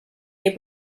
nei